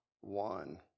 one